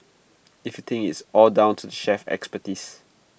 if you think it's all down to the chef's expertise